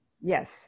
yes